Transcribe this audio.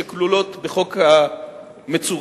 שכלולות בחוק המצורף,